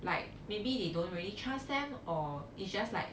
like maybe they don't really trust them or it's just like